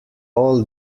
all